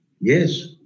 Yes